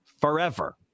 forever